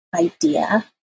idea